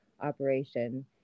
operation